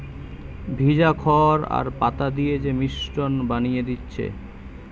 ভিজা খড় আর পাতা দিয়ে যে মিশ্রণ বানিয়ে দিচ্ছে